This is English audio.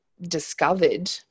discovered